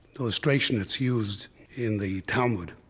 illustration, that's used in the talmud.